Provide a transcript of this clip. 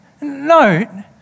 No